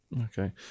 Okay